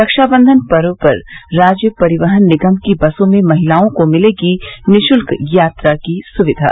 रक्षाबंधन पर्व पर राज्य परिवहन निगम की बसों में महिलाओं को मिलेगी निःशुल्क यात्रा की सुविधा